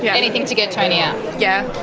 yeah anything to get tony out? yeah.